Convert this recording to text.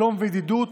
שלום וידידות